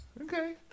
Okay